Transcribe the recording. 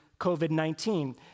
COVID-19